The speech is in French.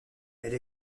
elle